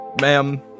Ma'am